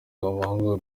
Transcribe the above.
abahungu